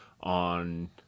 on